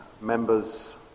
members